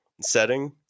setting